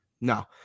no